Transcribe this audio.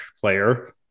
player